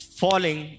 falling